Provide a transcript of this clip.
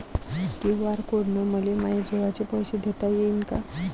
QR code न मले माये जेवाचे पैसे देता येईन का?